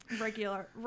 regular